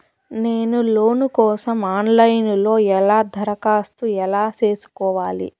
నేను లోను కోసం online లో ఎలా దరఖాస్తు ఎలా సేసుకోవాలి?